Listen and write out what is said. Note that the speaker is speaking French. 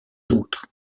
autres